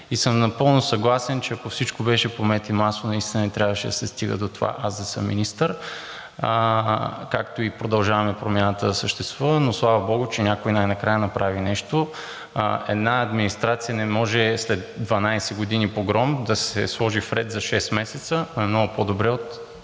И съм напълно съгласен, че ако всичко беше по мед и масло, наистина не трябваше да се стига до това аз да съм министър, както и „Продължаваме Промяната“ да съществува, но слава богу, че някой най-накрая направи нещо. Една администрация не може след 12 години погром да се сложи в ред за 6 месеца, но е много по-добре,